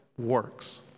works